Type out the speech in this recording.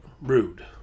Rude